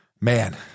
Man